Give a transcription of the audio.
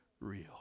real